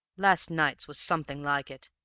last night's was something like it,